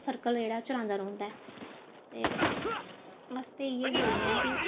circle जेह्ड़ा ऐ चलांदा रौंह्दा ऐ ते अस ते इ'यै बोलनेआं कि